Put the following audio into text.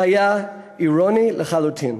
זה היה אירוני לחלוטין.